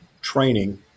training